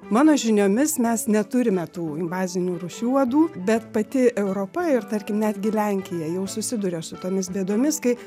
mano žiniomis mes neturime tų invazinių rūšių uodų bet pati europa ir tarkim netgi lenkija jau susiduria su tomis bėdomis kai